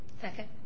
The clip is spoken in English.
Second